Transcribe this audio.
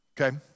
okay